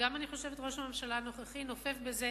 ואני חושבת שגם ראש הממשלה הנוכחי נופף בזה